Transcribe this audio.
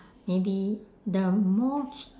maybe the more ch~